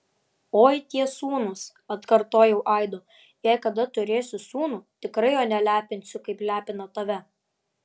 oi tie sūnūs atkartojau aidu jei kada turėsiu sūnų tikrai jo nelepinsiu kaip lepina tave